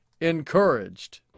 encouraged